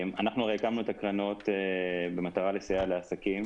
אנחנו הקמנו את הקרנות במטרה לסייע לעסקים